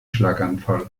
schlaganfall